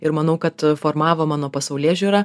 ir manau kad formavo mano pasaulėžiūrą